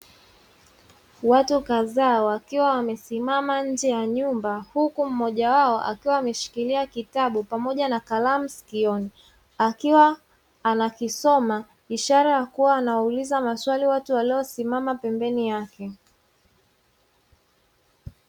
Watu kadhaa wakiwa wamesimama nje ya nyumba, huku mmoja wao akiwa ameshikilia kitabu pamoja na kalamu sikioni, akiwa anakisoma; ishara ya kuwa anauliza maswali watu waliosimama pembeni yake.